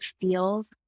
feels